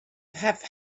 have